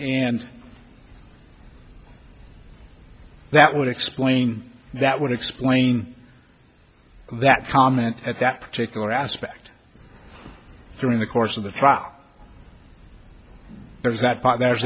and that would explain that would explain that comment at that particular aspect during the course of the trial there's th